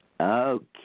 Okay